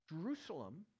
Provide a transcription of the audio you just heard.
Jerusalem